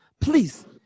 please